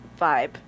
vibe